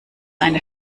eine